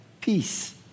peace